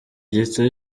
gito